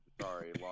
sorry